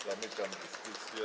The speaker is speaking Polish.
Zamykam dyskusję.